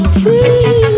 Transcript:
free